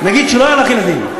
נגיד שלא היו לך ילדים,